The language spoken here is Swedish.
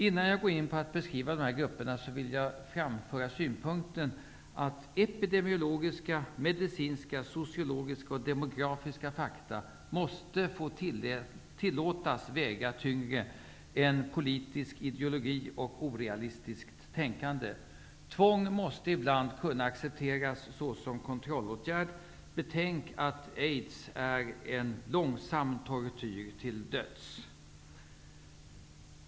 Innan jag går in på en beskrivning av de här grupperna vill jag framföra synpunkten att epide miologiska, medicinska, sociologiska och demo grafiska fakta måste tillåtas väga tyngre än poli tisk ideologi och orealistiskt tänkande. Tvång måste ibland kunna accepteras såsom kontrollåt gärd. Betänk att aids är en långsam tortyr till döds!